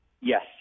Yes